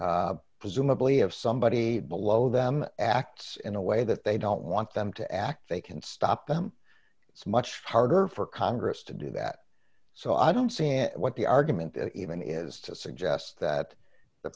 presumably if somebody below them acts in a way that they don't want them to act they can stop them it's much harder for congress to do that so i don't see what the argument even is to suggest that the